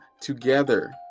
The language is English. together